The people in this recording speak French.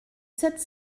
sept